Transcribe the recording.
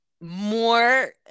more